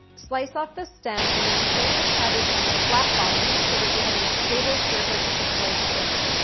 slice off the stem and then stand the cabbage on the flat bottom so that you have a stable surface to slice through.